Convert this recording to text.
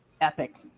epic